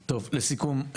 טוב, לסיכום.